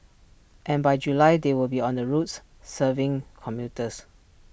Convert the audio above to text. and by July they will be on the roads serving commuters